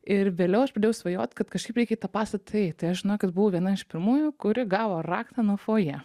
ir vėliau aš pradėjau svajot kad kažkaip reikia į tą pastatą įeit tai aš žinokit buvau viena iš pirmųjų kuri gavo raktą nuo fojė